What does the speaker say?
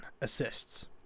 assists